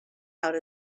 out